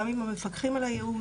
גם עם המפקחים על הייעוץ,